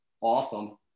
awesome